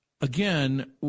again